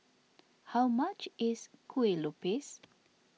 how much is Kueh Lopes